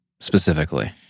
Specifically